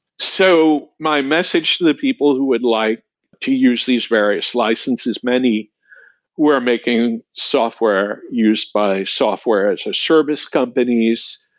so, my message to the people who would like to use these various licenses, many who are making software used by software as a service companies.